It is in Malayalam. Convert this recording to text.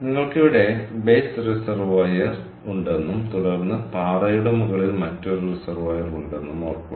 നിങ്ങൾക്ക് ഇവിടെ ബേസ് റിസർവോയർ ഉണ്ടെന്നും തുടർന്ന് പാറയുടെ മുകളിൽ മറ്റൊരു റിസർവോയർ ഉണ്ടെന്നും ഓർക്കുക